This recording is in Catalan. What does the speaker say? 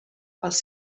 pels